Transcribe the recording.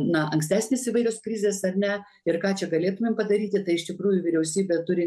na ankstesnės įvairios krizės ar ne ir ką čia galėtumėm padaryti tai iš tikrųjų vyriausybė turi